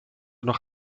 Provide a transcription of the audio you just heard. noch